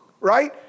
right